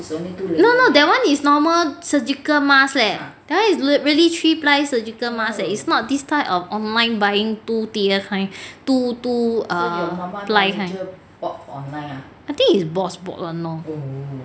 no no that [one] is normal surgical mask leh that [one] is really three ply surgical mask eh is not this type of online buying two tier kind two two err ply kind I think is boss bought [one] lor